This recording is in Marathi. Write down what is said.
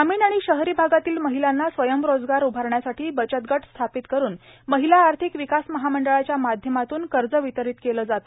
ग्रामीण आणि शहरी आगातील महिलांना स्वयंरोजगार उभारण्यासाठी बचतगट स्थापित करुन महिला आर्थिक विकास महामंडळाच्या माध्यमातून कर्ज वितरीत केलं जात